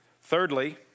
Thirdly